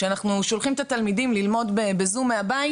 כשאנחנו שולחים את התלמידים ללמוד בזום מהבית,